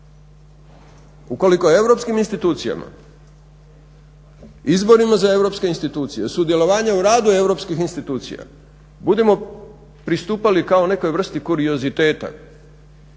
institucijama, izborima za europske institucije, sudjelovanje u radu europskih institucija, budemo pristupali kao nekoj vrsti kurioziteta,